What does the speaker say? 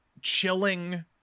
Chilling